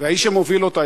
והאיש שמוביל אותה,